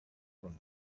from